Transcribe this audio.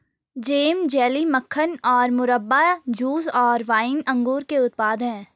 jam, jelly, मक्खन और मुरब्बा, जूस और वाइन अंगूर के उत्पाद हैं